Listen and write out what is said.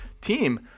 team